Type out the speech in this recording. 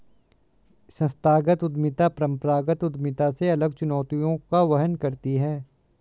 संस्थागत उद्यमिता परंपरागत उद्यमिता से अलग चुनौतियों का वहन करती है